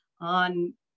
on